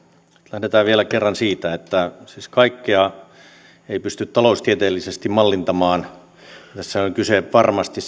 lähdetään vielä kerran siitä että siis kaikkea ei pysty taloustieteellisesti mallintamaan tässä virkamiesten tekstissä on varmasti